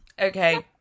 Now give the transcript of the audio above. Okay